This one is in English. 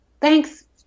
thanks